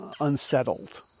unsettled